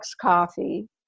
coffee